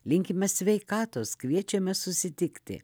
linkime sveikatos kviečiame susitikti